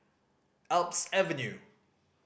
Alps Avenue